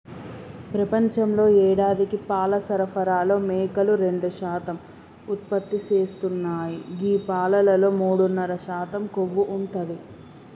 ప్రపంచంలో యేడాదికి పాల సరఫరాలో మేకలు రెండు శాతం ఉత్పత్తి చేస్తున్నాయి గీ పాలలో మూడున్నర శాతం కొవ్వు ఉంటది